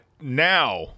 now